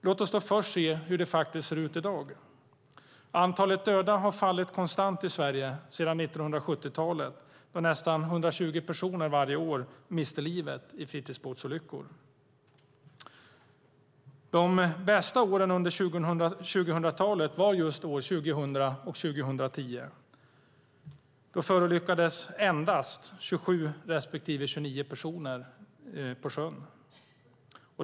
Låt oss då först se hur det faktiskt ser ut i dag. Antalet döda har fallit konstant i Sverige sedan 1970-talet, då nästan 120 personer miste livet varje år i fritidsbåtsolyckor. De bästa åren under 2000-talet var 2000 och 2010. Då förolyckades endast 27 respektive 29 personer på sjön.